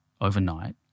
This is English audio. overnight